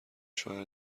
شوهر